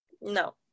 No